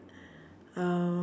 uh